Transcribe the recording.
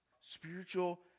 Spiritual